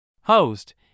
Host